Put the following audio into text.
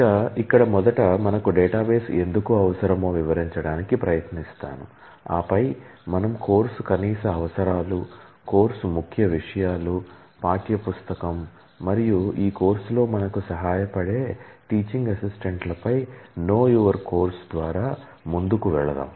ఇక ఇక్కడ మొదట మనకు డేటాబేస్ ఎందుకు అవసరమో వివరించడానికి ప్రయత్నిస్తాను ఆపై మనం కోర్సు కనీసావసరాలు కోర్సు ముఖ్య విషయాలు పాఠ్య పుస్తకం మరియు ఈ కోర్సులో మనకు సహాయపడే TA లపై KYC ద్వారా ముందుకి వెళదాం